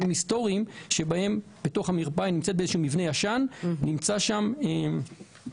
בהם המרפאה נמצאת באיזשהו מבנה ישן ונמצא שם מקלט.